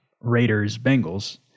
Raiders-Bengals